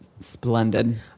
Splendid